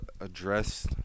address